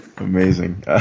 Amazing